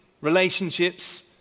relationships